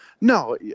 No